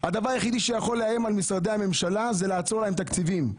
הדבר היחידי שיכול לאיים על משרדי הממשלה זה לעצור להם תקציבים.